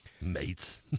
Mates